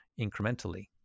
incrementally